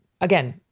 again